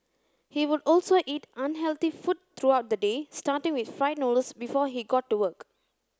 he would also eat unhealthy food throughout the day starting with fried noodles before he got to work